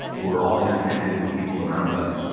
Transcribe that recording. who are all interconnected with people around us.